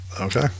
Okay